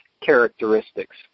characteristics